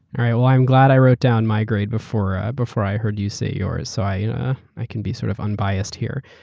so i'm glad i wrote down my grade before i before i heard you say yours, so i i can be sort of unbiased here.